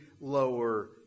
lower